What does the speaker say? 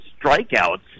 strikeouts